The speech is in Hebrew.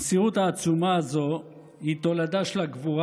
המסירות העצומה הזו היא תולדה של הגבורה